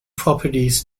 properties